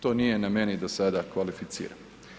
To nije na meni da sada kvalificiram.